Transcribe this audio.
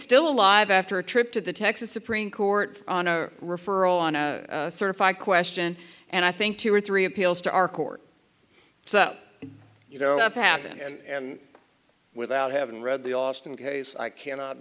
still alive after a trip to the texas supreme court on a referral on a certified question and i think two or three appeals to our court so you know it happened and without having read the austin case i cannot